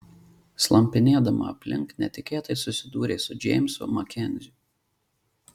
slampinėdama aplink netikėtai susidūrė su džeimsu makenziu